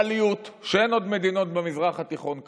הליברליות, שאין עוד מדינות במזרח התיכון ככה.